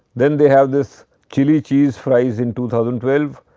then they have this chili cheese fries in two thousand twelve.